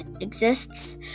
exists